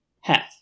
Half